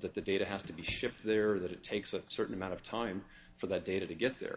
that the data has to be shipped there that it takes a certain amount of time for that data to get there